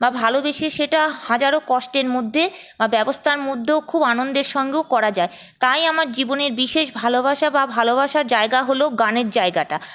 বা ভালোবেসে সেটা হাজারো কষ্টের মধ্যে বা ব্যবস্থার মধ্যেও খুব আনন্দের সঙ্গেও করা যায় তাই আমার জীবনের বিশেষ ভালবাসা বা ভালোবাসার জায়গা হলো গানের জায়গাটা